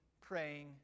praying